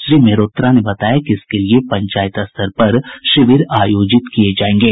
श्री मेहरोत्रा ने बताया कि इसके लिये पंचायत स्तर पर शिविर आयोजित किये जायेंगे